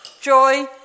joy